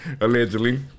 Allegedly